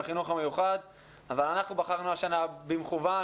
בחינוך המיוחד אבל אנחנו בחרנו השנה במכוון,